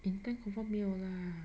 intern confirm 没有 lah